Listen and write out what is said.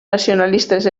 nacionalistes